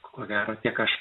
ko gero tiek aš